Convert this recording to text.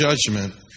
judgment